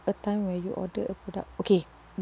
a time where you order a product okay